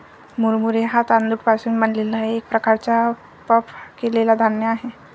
मुरमुरे हा तांदूळ पासून बनलेला एक प्रकारचा पफ केलेला धान्य आहे